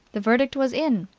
the verdict was in.